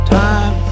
time